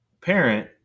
parent